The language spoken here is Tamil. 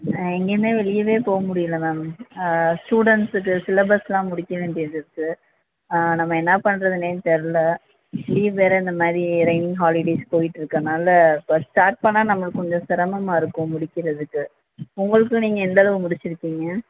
நான் எங்கேயுமே வெளியவே போக முடியல மேம் ஸ்டூடெண்ட்ஸுக்கு சிலபஸ்லாம் முடிக்க வேண்டியது இருக்குது நம்ம என்ன பண்ணுறதுன்னே தெரில லீவ் வேற இந்தமாதிரி ரெயினி ஹாலிடேஸ் போயிட்டுருக்கறனால இப்போ ஸ்டார்ட் பண்ணிணா நம்மளுக்கு கொஞ்சம் சிரமமாக இருக்கும் முடிக்கிறதுக்கு உங்களுக்கு நீங்கள் எந்தளவு முடிச்சிருக்கீங்க